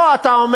לא, אתה אומר: